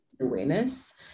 awareness